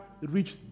reach